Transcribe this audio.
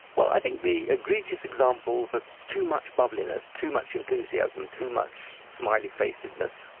well, i think the egregious examples are too much bubbliness, too much enthusiasm too much smiley-facedness.